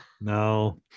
no